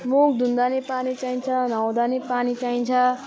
मुख धुँदा पनि पानी चाहिन्छ नुहाउँदा पनि पानी चाहिन्छ